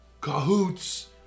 Cahoots